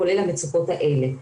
כולל המצוקות האלה.